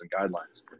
guidelines